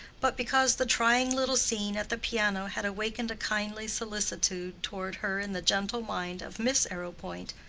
but because the trying little scene at the piano had awakened a kindly solicitude toward her in the gentle mind of miss arrowpoint,